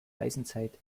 eisenzeit